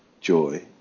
joy